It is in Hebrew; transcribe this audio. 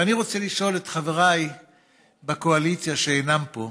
ואני רוצה לשאול את חבריי בקואליציה, שאינם פה: